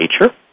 nature